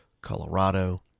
Colorado